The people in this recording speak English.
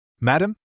Madam